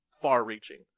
far-reaching